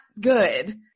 good